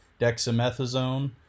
Dexamethasone